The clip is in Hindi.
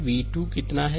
और v 2 कितना है